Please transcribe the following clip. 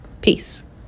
Peace